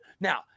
Now